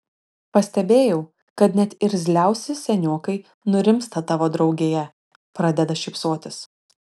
pastebėjau kad net irzliausi seniokai nurimsta tavo draugėje pradeda šypsotis